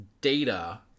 data